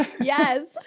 Yes